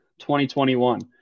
2021